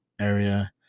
area